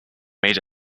made